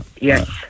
yes